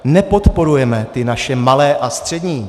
Nepodporujeme naše malé a střední.